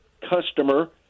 customer